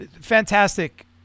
fantastic